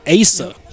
Asa